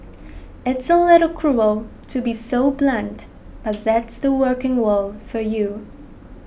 it's a little cruel to be so blunt but that's the working world for you